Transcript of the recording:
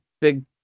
big